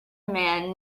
man